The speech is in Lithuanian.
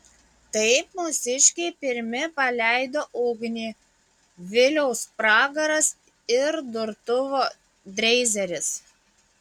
taip mūsiškiai pirmi paleido ugnį viliaus pragaras ir durtuvo dreizeris